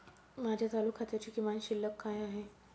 माझ्या चालू खात्याची किमान शिल्लक काय आहे?